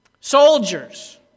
Soldiers